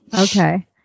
Okay